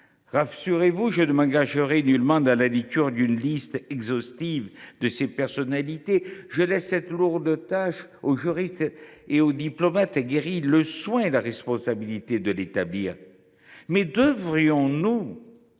Rassurez vous, je ne m’engagerai nullement dans la lecture d’une liste exhaustive de ces personnalités. Je laisse aux juristes et aux diplomates aguerris le soin et la responsabilité de l’établir. Toutefois, devrions nous